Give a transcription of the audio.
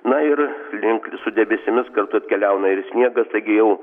na ir link su debesimis kartu atkeliauna ir sniegas taigi jau